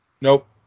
Nope